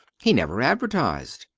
he never advertised.